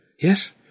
Yes